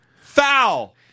Foul